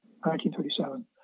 1937